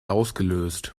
ausgelöst